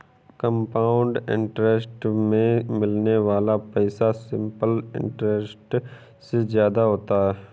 compound interest में मिलने वाला पैसा सिंपल इंटरेस्ट से ज्यादा होता है